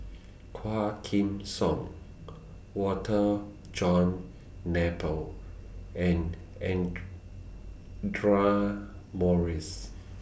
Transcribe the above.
Quah Kim Song Walter John Napier and Audra Morrice